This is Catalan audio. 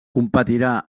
competirà